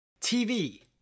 TV